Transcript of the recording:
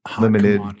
limited